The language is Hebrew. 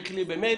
ותשלחי לי במייל.